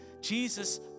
Jesus